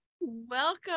Welcome